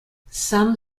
some